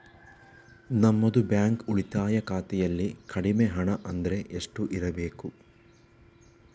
ನಮ್ಮದು ಬ್ಯಾಂಕ್ ಉಳಿತಾಯ ಖಾತೆಯಲ್ಲಿ ಕಡಿಮೆ ಹಣ ಅಂದ್ರೆ ಎಷ್ಟು ಇರಬೇಕು?